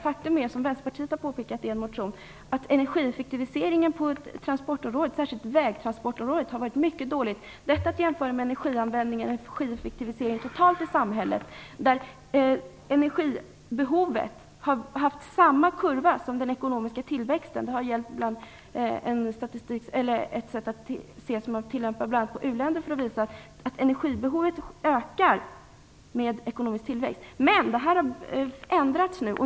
Faktum är, som Vänsterpartiet har påpekat i en motion, att energieffektiviseringen på transportområdet, särskilt vägtransportområdet, har varit mycket dålig. Vi kan jämföra detta med energianvändningen och energieffektiviseringen totalt i samhället. Energibehovet har haft samma kurva som den ekonomiska tillväxten. Det är ett sätt att se som man bl.a. tillämpar på u-länder för att visa att energibehovet ökar med ekonomisk tillväxt. Men detta har ändrats nu.